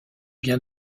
bien